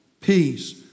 peace